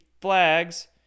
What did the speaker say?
flags